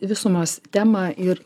visumos temą ir